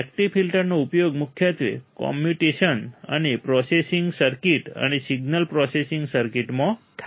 active ફિલ્ટર્સનો ઉપયોગ મુખ્યત્વે કૉમ્યૂનિકેશન અને પ્રોસેસિંગ સર્કિટ અને સિગ્નલ પ્રોસેસિંગ સર્કિટમાં થાય છે